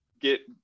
get